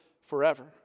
forever